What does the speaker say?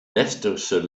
westerse